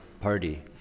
party